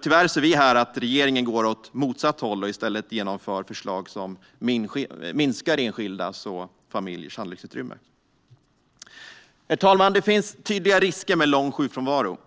Tyvärr ser vi här att regeringen går åt motsatt håll och i stället genomför förslag som minskar enskildas och familjers handlingsutrymme. Herr talman! Det finns tydliga risker med lång sjukfrånvaro.